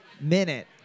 minute